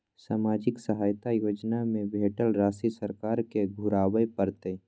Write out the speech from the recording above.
सामाजिक सहायता योजना में भेटल राशि सरकार के घुराबै परतै?